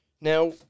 Now